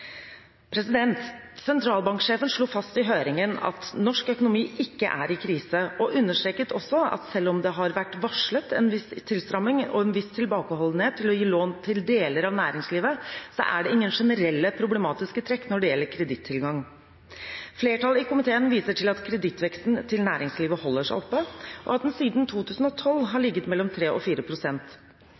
Sentralbanksjefen slo fast i høringen at norsk økonomi ikke er i krise, og understreket også at selv om det har vært varslet en viss tilstramming og en viss tilbakeholdenhet med å gi lån til deler av næringslivet, er det ingen generelle problematiske trekk når det gjelder kredittilgang. Flertallet i komiteen viser til at kredittveksten til næringslivet holder seg oppe, og at den siden 2012 har ligget mellom 3 og